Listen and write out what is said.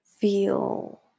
feel